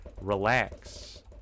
Relax